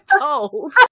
told